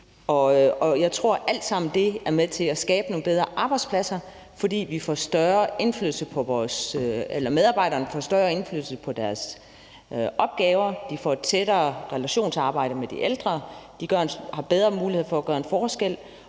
at det alt sammen er med til at skabe nogle bedre arbejdspladser, fordi medarbejderne får større indflydelse på deres opgaver, de får en tættere relation til arbejdet med de ældre, og de får bedre muligheder for at gøre en forskel,